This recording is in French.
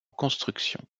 construction